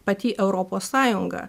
pati europos sąjunga